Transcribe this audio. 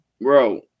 bro